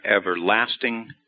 everlasting